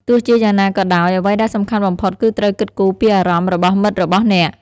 ទោះជាយ៉ាងណាក៏ដោយ អ្វីដែលសំខាន់បំផុតគឺត្រូវគិតគូរពីអារម្មណ៍របស់មិត្តរបស់អ្នក។